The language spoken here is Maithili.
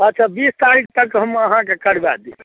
अच्छा बीस तारीख तक हम अहाँके करवा देब